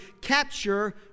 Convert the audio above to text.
capture